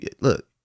look